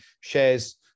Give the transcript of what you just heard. shares